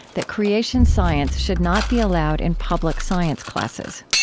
that creation science should not be allowed in public science classes.